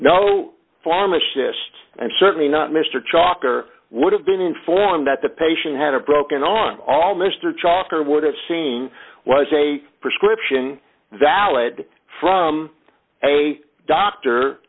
no pharmacist and certainly not mr chalker would have been informed that the patient had a broken arm all mr chalker would have seen was a prescription valid from a doctor